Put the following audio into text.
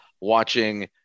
watching